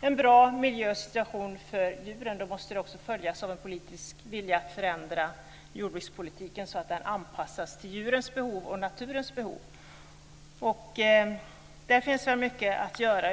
en bra miljösituation för djuren. Då måste det också följas av en politisk vilja att förändra jordbrukspolitiken så att den anpassas till djurens och naturens behov. Därför är det så mycket att göra.